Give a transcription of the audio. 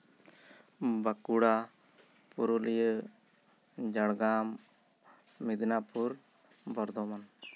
Bankura Purulia Jhargram Medinipur Bardhaman